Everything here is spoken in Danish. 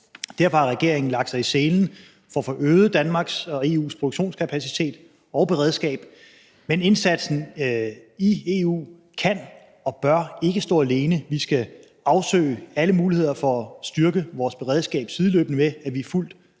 Derfor har regeringen lagt sig i selen for at få øget Danmarks og EU's produktionskapacitet og beredskab, men indsatsen i EU kan og bør ikke stå alene. Vi skal afsøge alle muligheder for at styrke vores beredskab, sideløbende med at vi er fuldt